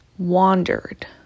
wandered